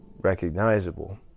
recognizable